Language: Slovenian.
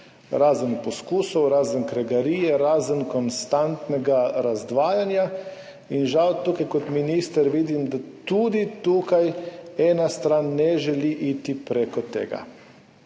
razen poskusov, razen kregarije, razen konstantnega razdvajanja in žal tukaj kot minister vidim, da tudi tukaj ena stran ne želi iti prek tega.